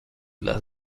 las